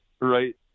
right